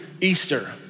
Easter